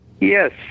Yes